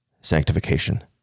sanctification